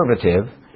conservative